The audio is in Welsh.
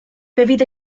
fydd